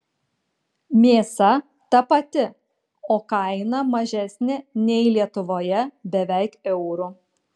mėsa ta pati o kaina mažesnė nei lietuvoje beveik euru